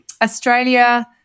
Australia